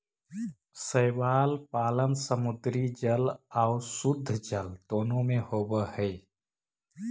शैवाल पालन समुद्री जल आउ शुद्धजल दोनों में होब हई